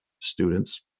students